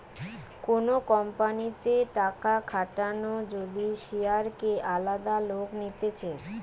কোন কোম্পানিতে টাকা খাটানো যদি শেয়ারকে আলাদা লোক নিতেছে